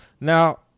Now